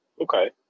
Okay